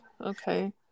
Okay